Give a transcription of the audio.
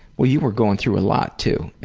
well, you were going through a lot too